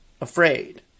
afraid